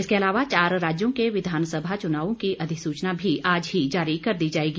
इसके अलावा चार राज्यों के विधानसभा चुनावों की अधिसूचना भी आज ही जारी कर दी जाएगी